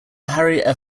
harry